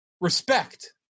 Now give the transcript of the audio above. Respect